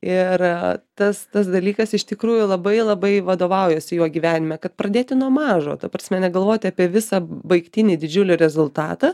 ir tas tas dalykas iš tikrųjų labai labai vadovaujuosi juo gyvenime kad pradėti nuo mažo ta prasme negalvoti apie visą baigtinį didžiulį rezultatą